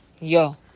Yo